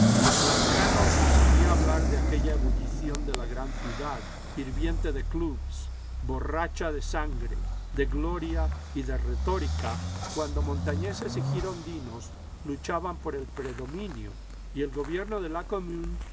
lazcano me solía hablar de aquella ebullición de la gran ciudad hirviente de clubs borracha de sangre de gloria y de retórica cuando montañeses y girondinos luchaban por el predominio y el gobierno de la